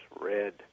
red